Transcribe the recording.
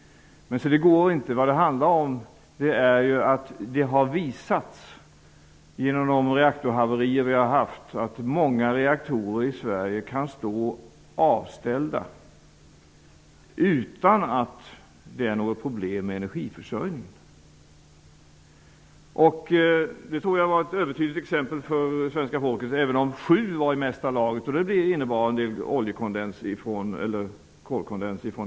Men se det går inte, eftersom det genom de reaktorhaverier som har förekommit har visats att många reaktorer i Sverige kan stå avställda utan att det blir något problem med energiförsörjningen. Detta var ett övertydligt exempel för svenska folket, även om sju reaktorer var i mesta laget. Det innebar en del kolkondens från Danmark.